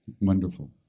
Wonderful